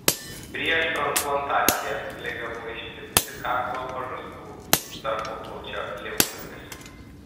prieš transplantaciją liga buvo išplitusi kaklo pažastų tarpuplaučio limfmazgiuose